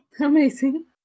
Amazing